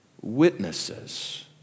Witnesses